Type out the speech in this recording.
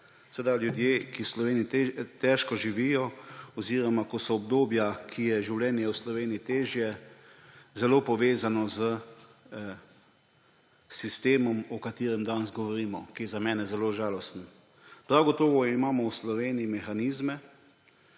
da ljudje, ki v Sloveniji težko živijo oziroma so obdobja, kjer je življenje v Sloveniji težje, zelo povezano s sistemom, o katerem danes govorimo, ki je zame zelo žalosten. Prav gotovo imamo v Sloveniji mehanizme